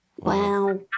Wow